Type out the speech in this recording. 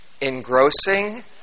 engrossing